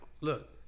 look